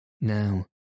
Now